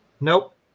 Nope